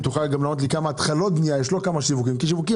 אם תוכל לומר לי גם מה היה מספר התחלות בנייה ולא כמה שיווקים כי בשיווקים